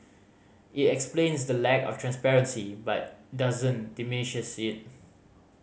it explains the lack of transparency but doesn't diminish it